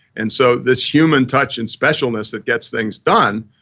and so this human touch and specialness that gets things done,